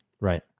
right